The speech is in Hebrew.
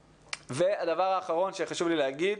הדבר האחרון שחשוב לי להגיד,